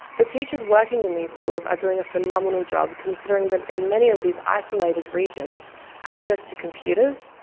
the teachers working in these schools are doing a phenomenal job considering that in many of these isolated regions access to computers,